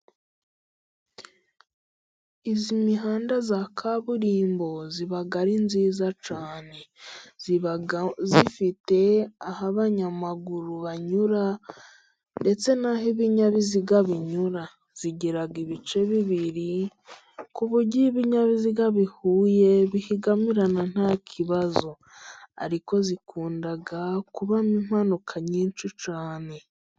Iyi mihanda ya kaburimbo iba ari myiza cyane. Iba ifite ah'abanyamaguru banyura, ndetse n'aho ibinyabiziga binyura. Igira ibice bibiri, ku buryo ibinyabiziga bihuye bihigamirana nta kibazo. Ariko ikunda kubamo impanuka nyinshi cyane.